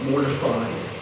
Mortified